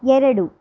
ಎರಡು